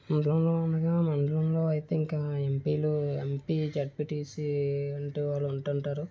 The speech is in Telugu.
గ్రామం అనగా మండలంలో అయితే ఇంకా ఎంపీలు ఎంపీ జెడ్పిటిసి అంటూ వాళ్ళు ఉంటుంటారు